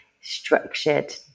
structured